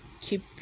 keep